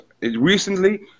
recently